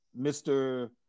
Mr